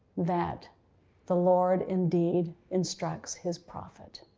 that the lord indeed instructs his prophet.